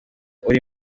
uru